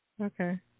Okay